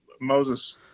moses